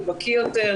הוא בקי יותר,